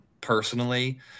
personally